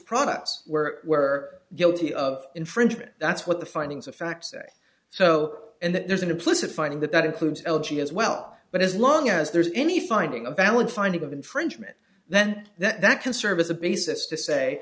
products where we're guilty of infringement that's what the findings of fact say so and there's an implicit finding that that includes l g as well but as long as there's any finding a valid finding of infringement then that can serve as a basis to say